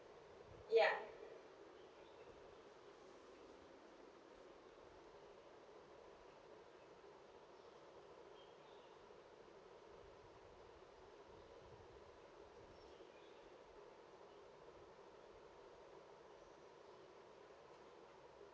ya